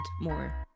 more